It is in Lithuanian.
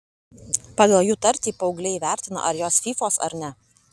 pagal jų tartį paaugliai įvertina ar jos fyfos ar ne